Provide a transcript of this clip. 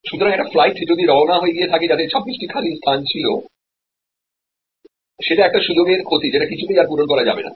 সুতরাং একটা ফ্লাইট যদি রওনা হয়ে গিয়ে থাকে যাতে 26 টি খালি স্থান ছিল সেটা একটা সুযোগের ক্ষতি যেটা কিছুতেই আর পূরণ করা যাবে না